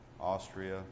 Austria